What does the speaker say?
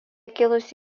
kilusi